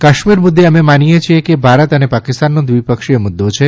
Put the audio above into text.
કાશ્મીર મુદ્દે અમે માનીએ છીએ કે તે ભારત અને પાકિસ્તાનનો દ્વિપક્ષી મુદ્દો છે